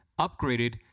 upgraded